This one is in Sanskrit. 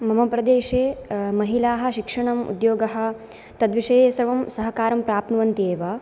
मम प्रदेशे महिलाः शिक्षणं उद्योगः तद्विषये सर्वं सहकारं प्राप्नुवन्ति एव